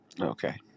okay